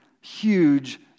huge